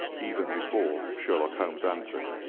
even before sherlock holmes answered.